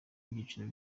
ibyiciro